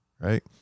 Right